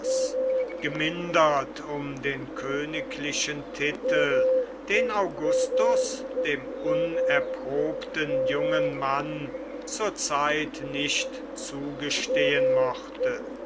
gemindert um den königlichen titel den augustus dem unerprobten jungen mann zur zeit nicht zugestehen mochte